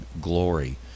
glory